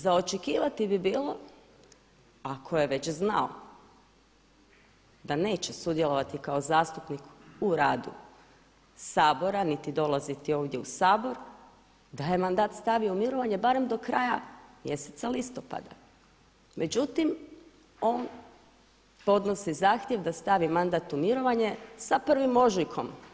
Za očekivati bi bilo ako je već znao da neće sudjelovati kao zastupnik u radu Sabora niti dolaziti ovdje u Sabor da je mandat stavio u mirovanje barem do kraja mjeseca listopada, međutim on podnosi zahtjev da stavi mandat u mirovanje sa 1. ožujkom.